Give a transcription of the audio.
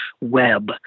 web